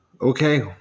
Okay